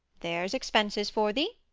there's expenses for thee.